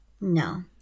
No